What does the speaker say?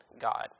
God